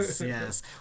yes